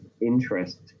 interest